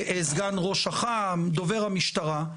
סגן ראש אח״מ ודובר המשטרה,